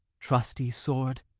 trusty sword